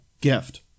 gift